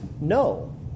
no